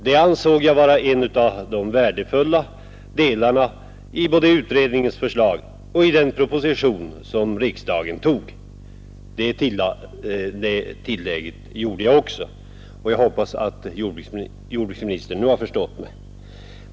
Jag ansåg det vara en av de värdefulla delarna både i utredningens förslag och i den proposition som riksdagen tog. Det tillägget gjorde jag också. Jag hoppas att jordbruksministern nu har förstått mig.